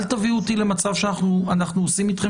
אל תביאו אותי למצב שאנחנו עושים אתכם